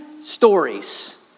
stories